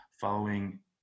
Following